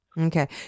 Okay